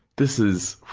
this is.